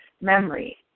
memory